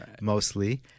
mostly